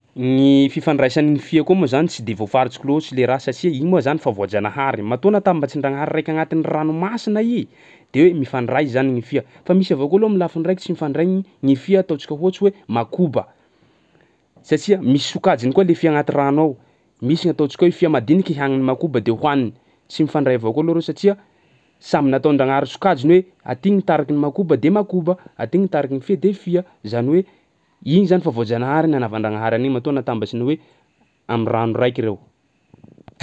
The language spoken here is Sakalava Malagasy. Gny fifandraisan'ny fia koa moa zany tsy de voafaritriko loatry le raha satsia iny moa zany fa voajanahary matoa natambatsin-dragnahary raiky agnatin'ny ranomasina i de hoe mifandray zany gny fia fa misy avao koa loha am'lafiny raiky tsy mifandray ny fia ataontsika ohatsy hoe makoba satsia misy sokajiny koa le fia agnaty rano ao misy ny ataotsika hoe fia madiniky hanin'ny makoba de hohaniny tsy mifandray avao koa loha reo satsia samby nataon-dragnahary sokajiny hoe aty gny tariky ny makoba de makoba aty gny tariky ny fia de fia, zany hoe igny zany fa voajanahary nanavan-dragnahary an'igny matoa natambatriny hoe am'rano raiky reo.